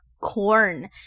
corn